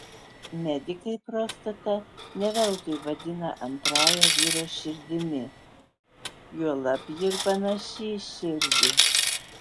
medikai prostatą ne veltui vadina antrąja vyro širdimi juolab ji ir panaši į širdį